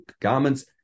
garments